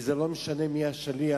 ולא משנה מי השליח.